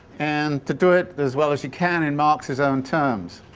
and to do it as well as you can in marx's own terms,